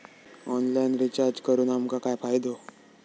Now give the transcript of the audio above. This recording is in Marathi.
ऑनलाइन रिचार्ज करून आमका काय फायदो?